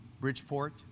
Bridgeport